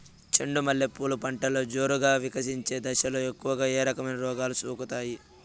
చెండు మల్లె పూలు పంటలో జోరుగా వికసించే దశలో ఎక్కువగా ఏ రకమైన రోగాలు సోకుతాయి?